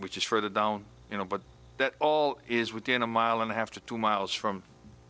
which is further down you know but that is within a mile and a half to two miles from